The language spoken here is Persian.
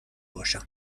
باشم